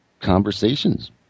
conversations